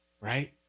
Right